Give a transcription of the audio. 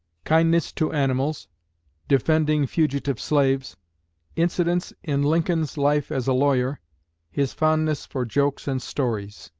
kindness to animals defending fugitive slaves incidents in lincoln's life as a lawyer his fondness for jokes and stories